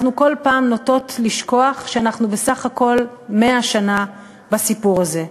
אנחנו כל פעם נוטות לשכוח שאנחנו בסך הכול 100 שנה בסיפור הזה,